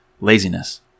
laziness